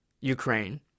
Ukraine